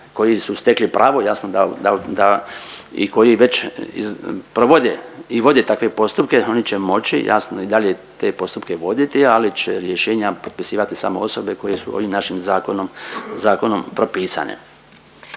koji su stekli pravo jasno da i koji već provode i vode takve postupke oni će moći jasno i dalje te postupke voditi, ali će rješenja potpisivati samo osobe koje su ovim našim zakonom propisane.